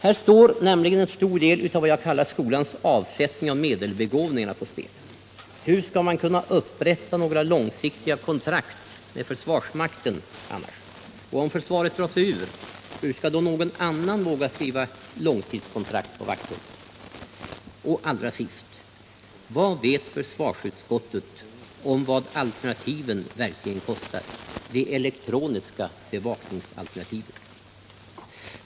Här står en stor del av vad jag kallar skolans avsättning av medelbegåvningarna på spel. Hur skall man kunna upprätta några långsiktiga kontrakt med försvarsmakten annars? Och om försvaret drar sig ur, hur skall då någon annan våga skriva långtidskontrakt på vakthundar? Och vad vet försvarsutskottet om hur mycket alternativen — de elektroniska bevakningsalternativen — verkligen kostar?